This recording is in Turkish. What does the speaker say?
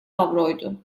avroydu